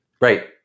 Right